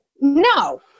no